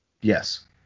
Yes